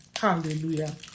Hallelujah